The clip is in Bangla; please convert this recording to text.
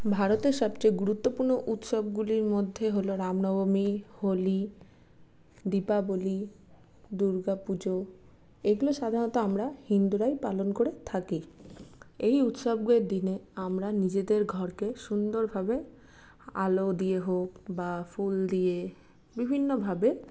ভারতের সবচেয়ে গুরুত্বপূর্ণ উৎসবগুলির মধ্যে হল রামনবমী হোলি দীপাবলী দুর্গা পুজো এগুলো সাধারণত আমরা হিন্দুরাই পালন করে থাকি এই উৎসবের দিনে আমরা নিজেদের ঘরকে সুন্দরভাবে আলো দিয়ে হোক বা ফুল দিয়ে বিভিন্নভাবে